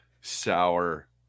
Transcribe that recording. sour